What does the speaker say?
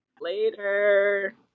later